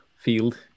field